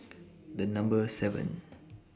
The Number seven